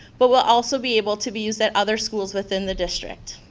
but will also be able to be used at other schools within the district.